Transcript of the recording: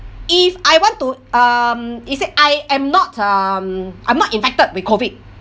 if I want to um he said I am not um I'm not infected with COVID